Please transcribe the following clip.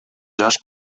жаш